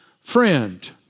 friend